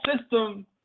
system